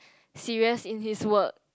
serious in his work